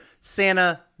Santa